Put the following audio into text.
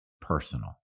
personal